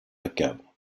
macabre